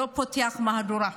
לא פותח מהדורה.